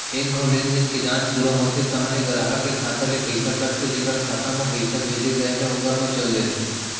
एक घौं लेनदेन के जांच पूरा होथे तहॉं ले गराहक के खाता ले पइसा कट के जेकर खाता म पइसा भेजे गए हे ओकर म चल देथे